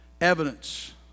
Evidence